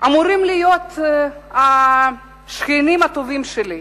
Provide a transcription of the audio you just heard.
אמורים להיות השכנים הטובים שלי.